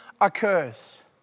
occurs